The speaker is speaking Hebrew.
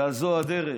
וזו הדרך.